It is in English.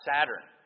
Saturn